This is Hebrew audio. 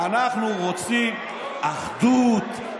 אנחנו רוצים אחדות,